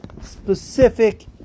specific